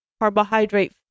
carbohydrate